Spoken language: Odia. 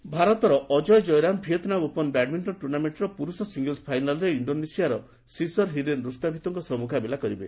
ବ୍ୟାଡ୍ମିଣ୍ଟନ ଭାରତର Ajay Jayaram Vietnam open badminton ଟୁର୍ଣ୍ଣାମେଣ୍ଟର ପୁରୁଷ ସିଙ୍ଗଲ୍ସ ଫାଇନାଲ୍ରେ ଇଣ୍ଡୋନେସିଆର ସିସର ହିରେନ୍ ରୁସ୍ତାଭିତୋଙ୍କ ସହ ମୁକାବିଲା କରିବେ